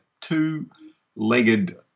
two-legged